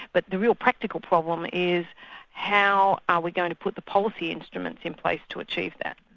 but the real practical problem is how are we going to put the policy instruments in place to achieve that.